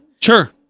Sure